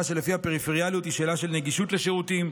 שלפיה פריפריאליות היא שאלה של נגישות לשירותים,